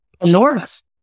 enormous